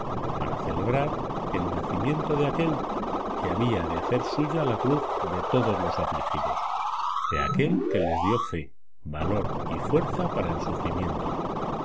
para celebrar el nacimiento de aquel que había de hacer suya la cruz de todos los afligidos de aquel que les dio fe valor y fuerza para el sufrimiento